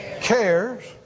cares